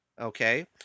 Okay